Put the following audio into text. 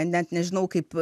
net nežinau kaip